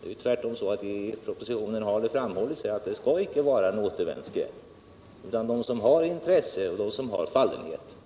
Det har ju tvärtom framhållits i propositionen att den inte skall innebära detta, utan de som har intresse och fallenhet